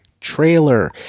trailer